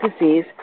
disease